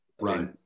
Right